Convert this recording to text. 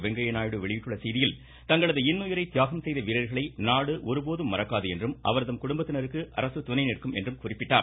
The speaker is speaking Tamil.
வெங்கய்ய நாயுடு வெளியிட்ட செய்தியில் தங்களது இன்னுயிரை தியாகம் செய்த வீரர்களை நாடு ஒருபோதும் மறக்காது என்றும் அவர்தம் குடும்பத்திற்கு துணை நிற்கும் என்றார்